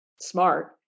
smart